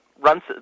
runs